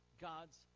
God's